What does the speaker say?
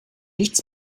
nichts